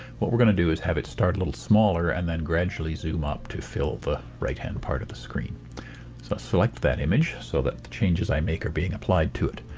what we're going to do is have it start a little smaller and then gradually zoom up to fill the right-hand part of the screen. so, i'll select that image so that the changes i make are being applied to it.